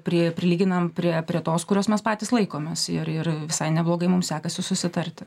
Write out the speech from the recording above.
pri prilyginam prie prie tos kurios mes patys laikomės ir ir visai neblogai mums sekasi susitarti